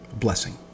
blessing